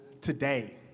today